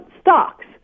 stocks